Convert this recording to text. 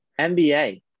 nba